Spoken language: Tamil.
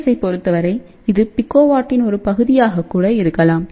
எஸ்ஸைப் பொறுத்தவரை இது பைக்கோ வாட்டின் ஒரு பகுதியாகக் கூடஇருக்கலாம்